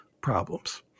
problems